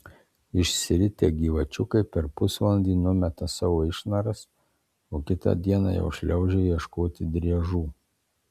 išsiritę gyvačiukai per pusvalandį numeta savo išnaras o kitą dieną jau šliaužia ieškoti driežų